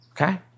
Okay